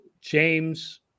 James